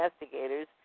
investigators